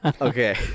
Okay